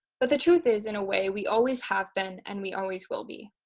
but the truth is, in a way, we always have been and we always will be.